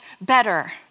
better